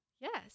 Yes